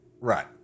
Right